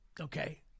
okay